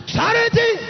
Charity